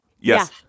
Yes